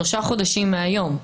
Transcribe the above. שלושה חודשים מהיום,